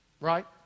right